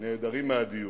נעדרים מהדיון,